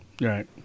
right